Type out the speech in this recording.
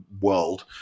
World